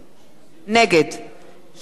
נגד שכיב שנאן,